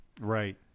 Right